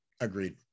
Agreed